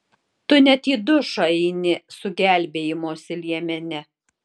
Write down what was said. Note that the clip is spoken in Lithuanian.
tu net į dušą eini su gelbėjimosi liemene